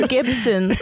Gibson